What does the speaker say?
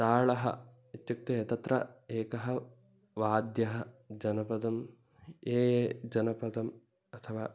तालः इत्युक्ते तत्र एकं वाद्यं जनपदं ये जनपदम् अथवा